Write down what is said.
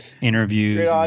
interviews